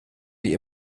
wie